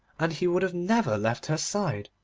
and he would have never left her side,